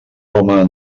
home